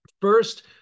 First